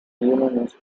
unanimous